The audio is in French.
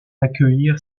accueillir